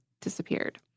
disappeared